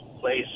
place